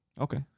Okay